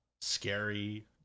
scary